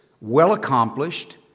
well-accomplished